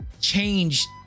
change